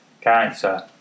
cancer